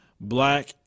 black